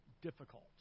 difficult